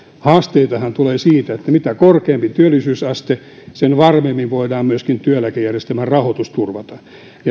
haasteitahan tulee siitä että mitä korkeampi työllisyysaste sen varmemmin voidaan myöskin työeläkejärjestelmän rahoitus turvata